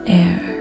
air